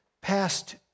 past